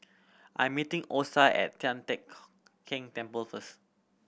I'm meeting Osa at Tian Teck Keng Temple first